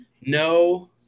No